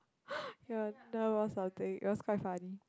ya that was something it was quite funny